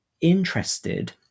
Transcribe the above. interested